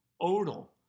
Odell